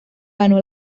ganó